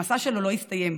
המסע שלו לא הסתיים,